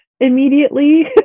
immediately